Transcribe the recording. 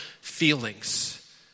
feelings